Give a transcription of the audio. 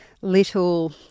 little